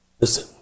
Listen